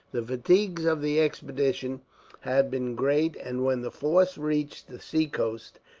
the fatigues of the expedition had been great and, when the force reached the seacoast,